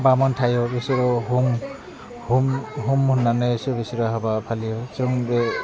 बामोन थायो बिसोरो हुम हुम होनानैसो बिसोरो हाबा फालियो जों बे